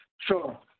Sure